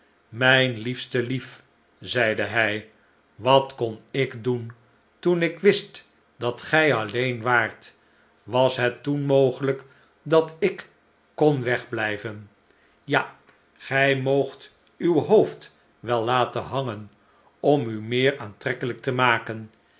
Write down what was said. mijn liefste lief zeide hij wat kon ik doen toen ik wist dat gij alleen waart was het toen mogelijk dat ik kon wegblijven ja gij moogt uw hoofd wel laten hangen om u meer aantrekkelijk te maken